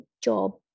job